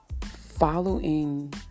Following